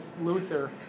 Luther